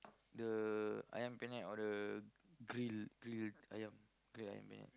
the Ayam-Penyet or the grill grill ayam grill Ayam-Penyet